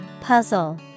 Puzzle